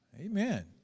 Amen